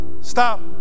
Stop